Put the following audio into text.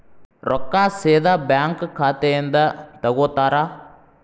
ರೊಕ್ಕಾ ಸೇದಾ ಬ್ಯಾಂಕ್ ಖಾತೆಯಿಂದ ತಗೋತಾರಾ?